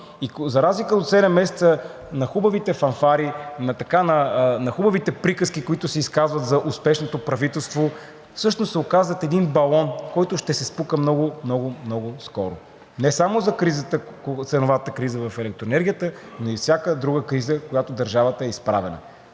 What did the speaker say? И за разлика от седемте месеца на хубавите фанфари, на хубавите приказки, които се изказват за успешното правителство, всъщност се оказват един балон, който ще се спука много, много, много скоро. Не само за ценовата криза в електроенергията, но и всяка друга криза, пред която държавата е изправена.